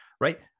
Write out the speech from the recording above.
right